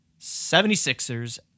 76ers